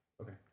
Okay